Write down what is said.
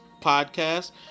podcast